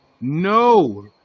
No